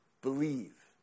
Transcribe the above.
Believe